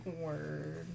Word